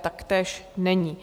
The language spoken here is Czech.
Taktéž není.